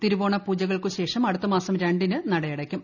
തിരുവോണ പൂജകൾക്കുശേഷം അടുത്ത മാസം രണ്ടിന് നട അടയ്ക്കും